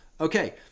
okay